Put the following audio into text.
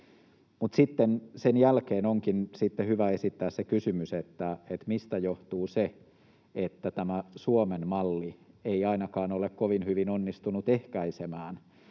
sen jälkeen onkin sitten hyvä esittää kysymys, mistä johtuu, että tämä Suomen malli ei ainakaan kovin hyvin ole onnistunut ehkäisemään